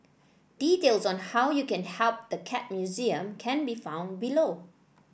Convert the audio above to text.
details on how you can help the Cat Museum can be found below